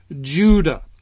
Judah